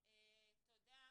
אוקי, תודה.